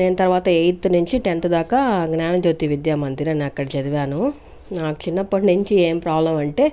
నేను తర్వాత ఎయిత్ నుంచి టెన్త్ దాకా జ్ఞాన జ్యోతి విద్యా మందిరం నే అక్కడ చదివాను నాకు చిన్నప్పటినుంచి ఏం ప్రాబ్లం అంటే